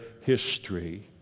history